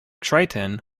triton